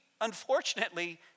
unfortunately